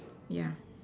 yeah